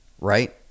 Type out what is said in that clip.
right